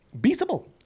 beatable